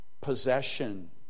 possession